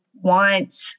want